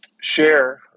share